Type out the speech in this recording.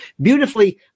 beautifully